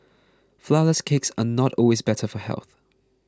Flourless Cakes are not always better for health